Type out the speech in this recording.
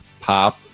pop